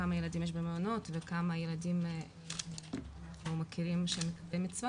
כמה ילדים יש במעונות וכמה ילדים אנחנו מכירים שמקבלים קצבה,